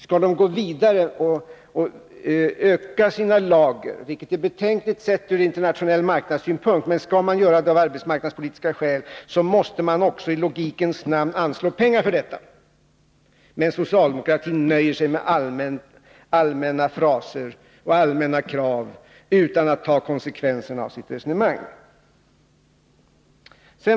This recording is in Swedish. Skall företaget fortsätta att öka sina lager, vilket är betänkligt med tanke på den internationella marknaden, av arbetsmarknadspolitiska skäl, måste man också i logikens namn anslå pengar för detta. Men socialdemokratin nöjer sig med allmänna fraser och allmänna krav utan att ta konsekvenserna av sitt resonemang.